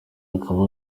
akaba